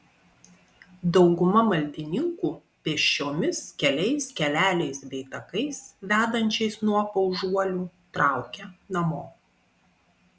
dauguma maldininkų pėsčiomis keliais keleliais bei takais vedančiais nuo paužuolių traukia namo